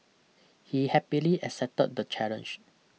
he happily accepted the challenge